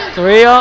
Three